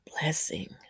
blessing